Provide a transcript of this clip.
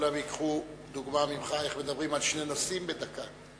שכולם ייקחו דוגמה ממך איך מדברים על שני נושאים בדקה.